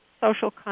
social